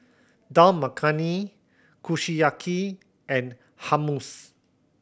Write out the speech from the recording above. Dal Makhani Kushiyaki and Hummus